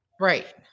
Right